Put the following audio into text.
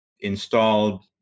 installed